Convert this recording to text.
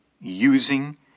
using